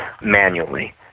manually